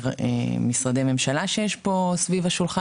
כמשרדי ממשלה שיש פה סביב השולחן,